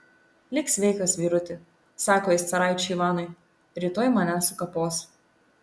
lik sveikas vyruti sako jis caraičiui ivanui rytoj mane sukapos